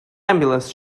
ambulance